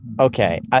Okay